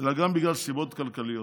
אלא גם בגלל סיבות כלכליות,